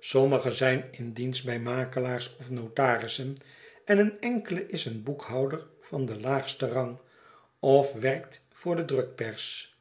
sommige zijn in dienst by makelaars of notarissen en een enkele is een boekhouder van den laagsten rang of werkt voor de drukpers